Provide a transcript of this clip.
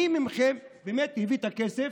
מי מכם באמת הביא את הכסף?